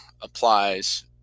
applies